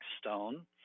stone